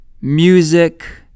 music